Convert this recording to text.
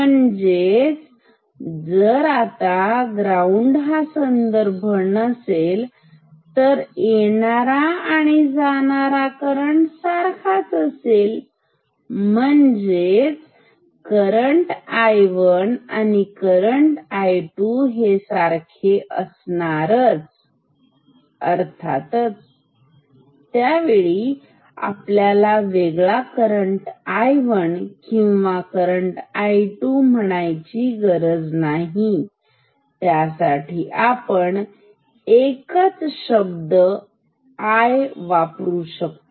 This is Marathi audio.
म्हणजेच जर आता ग्राउंड हा संदर्भ नसेल तर येणारा आणि जाणारा करंट सारखाच असेल म्हणजेच करंट आणि करंट हे सारखेच असणार अर्थातच त्यावेळी आपल्याला वेगळा करंट किंवा करंट म्हणायची गरज नाही त्यासाठी आपण कॉमन शब्द वापरतो